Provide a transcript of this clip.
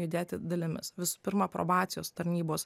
judėti dalimis visų pirma probacijos tarnybos